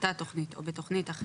באותה תכנית או בתכנית אחרת,